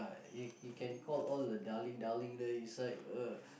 you you can call all the darling darling there inside uh